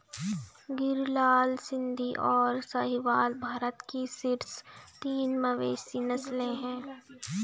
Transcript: गिर, लाल सिंधी, और साहीवाल भारत की शीर्ष तीन मवेशी नस्लें हैं